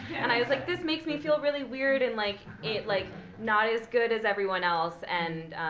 and i was like, this makes me feel really weird and like like not as good as everyone else. and